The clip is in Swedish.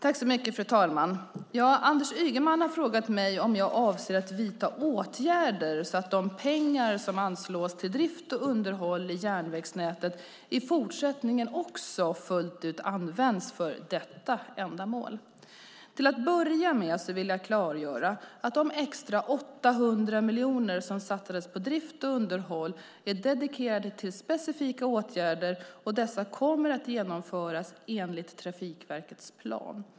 Fru talman! Anders Ygeman har frågat mig om jag avser att vidta åtgärder så att de pengar som anslås till drift och underhåll i järnvägsnätet i fortsättningen också fullt ut används för detta ändamål. Till att börja med vill jag klargöra att de extra 800 miljoner som satsats på drift och underhåll är dedikerade till specifika åtgärder, och dessa kommer att genomföras enligt Trafikverkets plan.